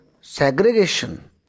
segregation